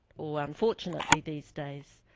or unfortunately these days,